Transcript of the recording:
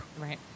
Right